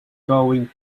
going